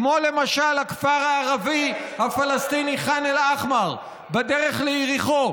כמו למשל הכפר הערבי הפלסטיני ח'אן אל-אחמר בדרך ליריחו,